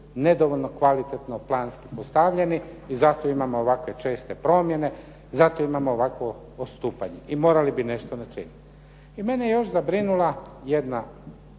nedovoljno kvalitetno planski postavljeni i zato imamo ovakve česte promjene, zato imamo ovakvo odstupanje i morali bi nešto učiniti. I mene je još zabrinula jedna